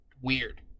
weird